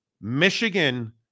Michigan